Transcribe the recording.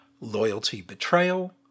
loyalty-betrayal